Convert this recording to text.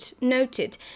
noted